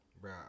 bro